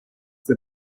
der